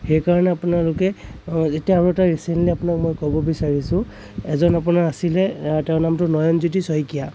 সেইকাৰণে আপোনালোকে আৰু এটা ৰিচেন্টলী আপোনাক ক'ব বিচাৰিছো এজন আপোনাৰ আছিলে তেওঁৰ নামটো নয়নজ্য়োতি শইকীয়া